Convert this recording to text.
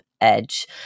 edge